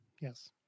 yes